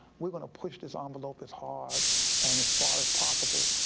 we're going to push this ah envelope as hard and as far as possible.